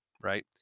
right